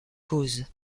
causes